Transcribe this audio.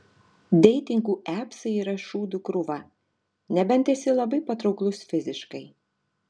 deitingų apsai yra šūdų krūva nebent esi labai patrauklus fiziškai